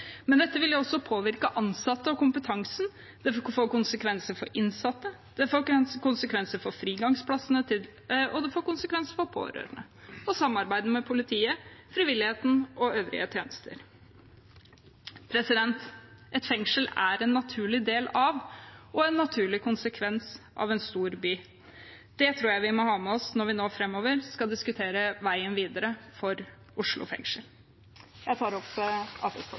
Men dette vil jo også påvirke ansatte og kompetansen, og det vil få konsekvenser for de innsatte. Det får konsekvenser for frigangsplassene, og det får konsekvenser for pårørende, samarbeidet med politiet, frivilligheten og øvrige tjenester. Et fengsel er en naturlig del av og en naturlig konsekvens av en stor by. Det tror jeg vi må ha med oss når vi nå framover skal diskutere veien videre for Oslo fengsel.